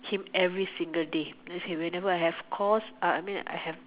him every single day then I say whenever I have course uh I mean I have